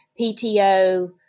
PTO